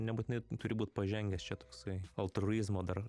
nebūtinai turi būt pažengęs čia toksai altruizmo dar